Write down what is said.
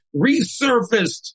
resurfaced